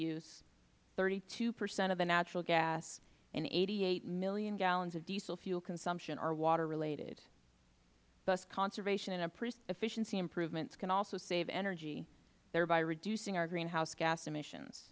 used thirty two percent of the natural gas and eighty eight million gallons of diesel fuel consumption are water related thus conservation and efficiency improvements can also save energy thereby reducing our greenhouse gas emissions